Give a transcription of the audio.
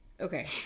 Okay